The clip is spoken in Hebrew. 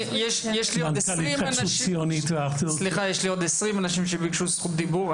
יש לי עוד 20 אנשים שביקשו זכות דיבור,